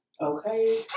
Okay